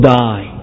die